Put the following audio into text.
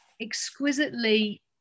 exquisitely